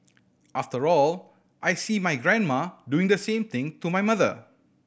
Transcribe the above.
after all I see my grandma doing the same thing to my mother